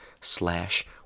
slash